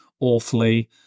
awfully